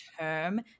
term